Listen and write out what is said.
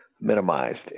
minimized